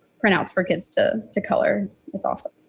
pronounced perkins to to color. it's awesome.